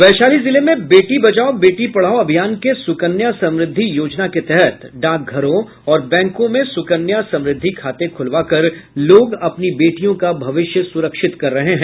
वैशाली जिले में बेटी बचाओ बेटी पढाओ अभियान के सुकन्या समृद्धि योजना के तहत डाकघरों और बैंकों में सुकन्या समृद्धि खाते खुलवाकर लोग अपनी बेटियों का भविष्य सुरक्षित कर रहे हैं